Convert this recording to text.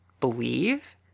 believe